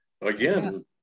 again